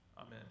Amen